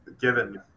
given